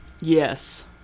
yes